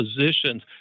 positions